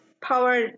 power